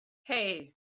hei